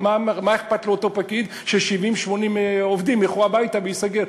מה אכפת לאותו פקיד ש-70 80 עובדים ילכו הביתה והמקום ייסגר?